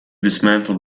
dismantled